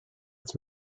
its